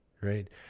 right